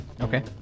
Okay